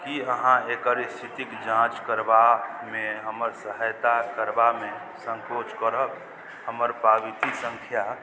कि अहाँ एकर इस्थितिके जाँच करबामे हमर सहायता करबामे सँकोच करब हमर पावती सँख्या